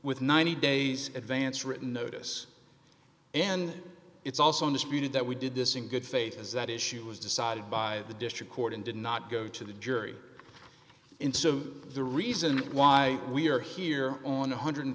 with ninety days advance written notice and it's also disputed that we did this in good faith as that issue was decided by the district court and did not go to the jury instead of the reason why we are here on one hundred and